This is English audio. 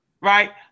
right